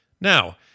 Now